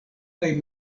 kaj